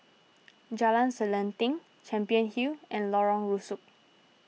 Jalan Selanting Champion Hotel and Lorong Rusuk